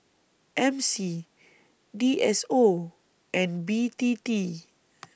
M C D S O and B T T